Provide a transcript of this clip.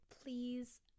please